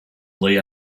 lay